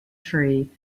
tree